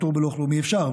פטור בלא כלום אי-אפשר,